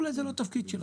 אולי זה לא התפקיד שלך,